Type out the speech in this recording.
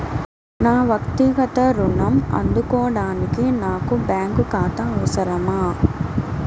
నా వక్తిగత ఋణం అందుకోడానికి నాకు బ్యాంక్ ఖాతా అవసరమా?